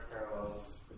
parallels